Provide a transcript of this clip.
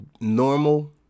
normal